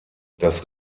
das